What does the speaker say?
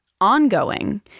ongoing